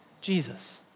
Jesus